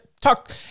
talk